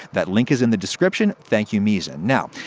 that link is in the description. thank you, misen. now,